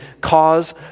cause